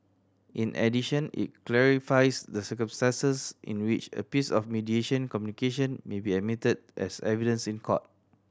in addition it clarifies the circumstances in which a piece of mediation communication may be admitted as evidence in court